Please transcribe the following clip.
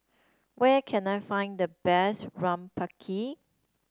where can I find the best